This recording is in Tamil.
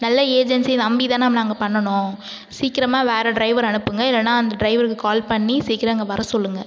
நல்ல ஏஜென்ஸி நம்பி தான நாங்கள் பண்ணுனோம் சீக்கிரமாக வேறு டிரைவரை அனுப்புங்கள் இல்லைனா அந்த டிரைவருக்கு கால் பண்ணி சீக்கிரம் இங்கே வர சொல்லுங்கள்